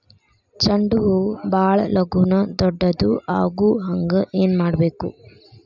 ಚಂಡ ಹೂ ಭಾಳ ಲಗೂನ ದೊಡ್ಡದು ಆಗುಹಂಗ್ ಏನ್ ಮಾಡ್ಬೇಕು?